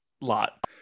lot